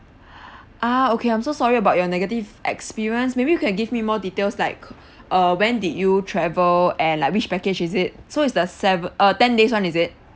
ah okay I'm so sorry about your negative experience maybe you can give me more details like err when did you travel and like which package is it so it's the sev~ uh ten days [one] is it